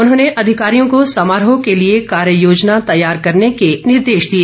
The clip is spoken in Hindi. उन्होंने अधिकारियों को समारोह के लिए कार्य योजना तैयार करने के निर्देश दिए